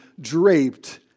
draped